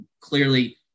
clearly